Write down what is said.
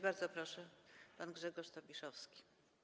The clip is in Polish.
Bardzo proszę, pan Grzegorz Tobiszowski.